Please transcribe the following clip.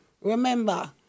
Remember